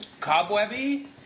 cobwebby